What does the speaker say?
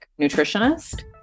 nutritionist